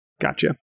Gotcha